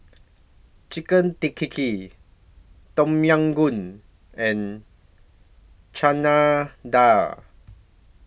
Chicken Tea Kii Kii Tom Yam Goong and Chana Dal